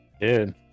Dude